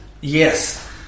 Yes